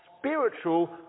spiritual